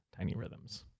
tinyrhythms